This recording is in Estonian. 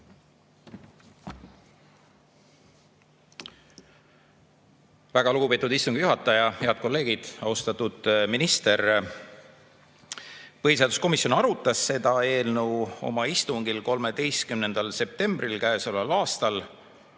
Väga lugupeetud istungi juhataja! Head kolleegid! Austatud minister! Põhiseaduskomisjon arutas seda eelnõu oma istungil 13. septembril käesoleval aastal.